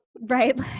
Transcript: Right